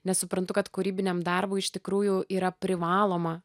nes suprantu kad kūrybiniam darbui iš tikrųjų yra privaloma